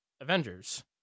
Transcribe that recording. Avengers